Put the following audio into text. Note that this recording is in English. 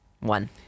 One